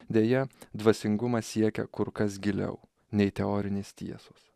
deja dvasingumas siekia kur kas giliau nei teorinės tiesos